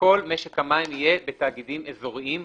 שכל משק המים יהיה בתאגידים אזוריים,